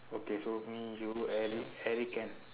okay so me you eric eric can